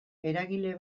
eragile